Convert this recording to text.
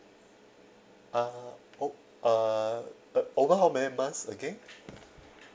uh o~ uh uh over how many months again